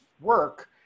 work